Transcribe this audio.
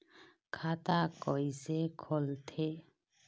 खाता कइसे खोलथें?